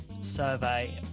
survey